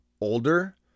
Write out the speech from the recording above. older